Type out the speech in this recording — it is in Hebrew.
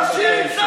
לצה"ל לא גייסו אותך.